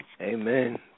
Amen